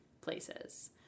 places